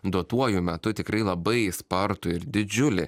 duotuoju metu tikrai labai spartų ir didžiulį